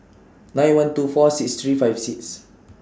nine one two four six three five six